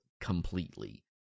completely